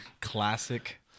Classic